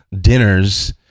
dinners